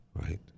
Right